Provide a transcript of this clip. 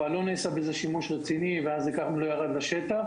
אבל לא נעשה בזה שימוש רציני וזה גם לא ירד לשטח.